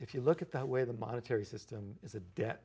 if you look at that where the monetary system is a debt